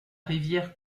rivière